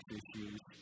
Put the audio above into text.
issues